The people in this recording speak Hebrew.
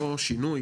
לא שינוי